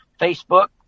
Facebook